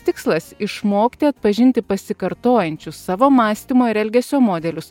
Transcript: tikslas išmokti atpažinti pasikartojančius savo mąstymo ir elgesio modelius